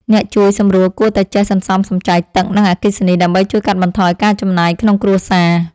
អ្នកជួយសម្រួលគួរតែចេះសន្សំសំចៃទឹក និងអគ្គិសនីដើម្បីជួយកាត់បន្ថយការចំណាយក្នុងគ្រួសារ។